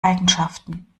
eigenschaften